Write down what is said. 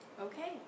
Okay